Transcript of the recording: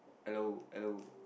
hello hello